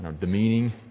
demeaning